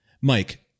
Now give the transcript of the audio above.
Mike